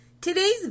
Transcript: Today's